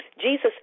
Jesus